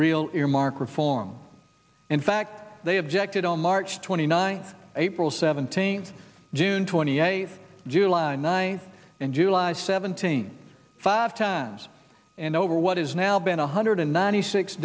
real earmark reform in fact they objected on march twenty ninth april seventeenth june twenty eighth july ninth and july seventeenth five tabs and over what is now been a hundred and ninety six